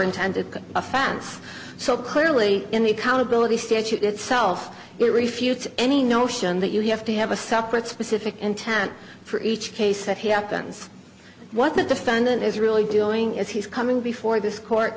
intended fans so clearly in the accountability statute itself it refutes any notion that you have to have a separate specific intent for each case that happens what the defendant is really doing is he's coming before this court